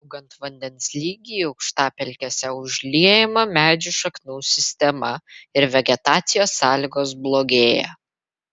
augant vandens lygiui aukštapelkėse užliejama medžių šaknų sistema ir vegetacijos sąlygos blogėja